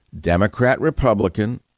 Democrat-Republican